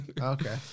Okay